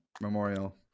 Memorial